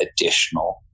additional